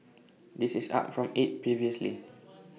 this is up from eight previously